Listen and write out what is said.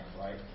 Right